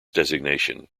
designation